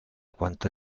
quanto